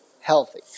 healthy